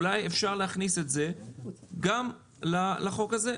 אולי אפשר להכניס את זה גם לחוק הזה,